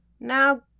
Now